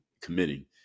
committing